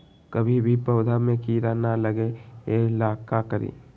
कभी भी पौधा में कीरा न लगे ये ला का करी?